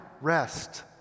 rest